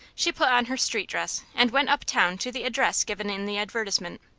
she put on her street dress and went uptown to the address given in the advertisement.